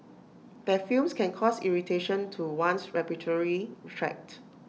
their fumes can cause irritation to one's respiratory tract